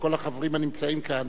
ולכל החברים הנמצאים כאן,